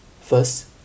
First